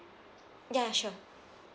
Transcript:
ya sure